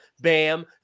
Bam